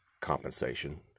compensation